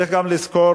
צריך גם לזכור,